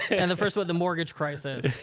and the first one, the mortgage crisis.